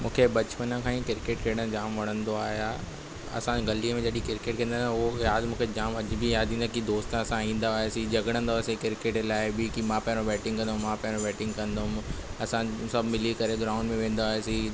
मूंखे बचपन खां ई क्रिकेट खेॾणु जाम वणंदो आहियां असां ग़लीअ में जॾहिं क्रिकेट खेॾंदा उहो यादि मूंखे जाम अॼ बि यादि इंदी कि दोस्त असां ईंदा हुआसीं झगड़ंदा हुआसीं बैटिंग क्रिकेट लाइ बि कि मां पहिरियों बैटिंग कंदुमि मां पैरों बैटिंग कंदुमि असां सभु मिली करे ग्राउंड में वेंदा हुआसीं